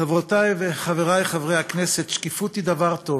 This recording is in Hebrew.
חברותי וחברי חברי הכנסת, שקיפות היא דבר טוב,